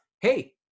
hey